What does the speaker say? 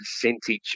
percentage